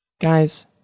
Guys